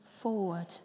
forward